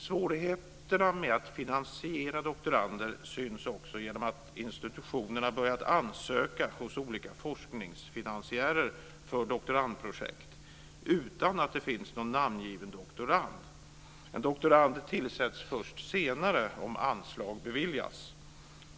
Svårigheterna med att finansiera doktorander syns också genom att institutionerna börjat ansöka hos olika forskningsfinansiärer för doktorandprojekt utan att det finns någon namngiven doktorand. En doktorand tillsätts först senare om anslag beviljas.